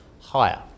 higher